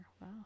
wow